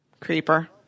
Creeper